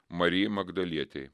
marijai magdalietei